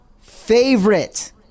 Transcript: favorite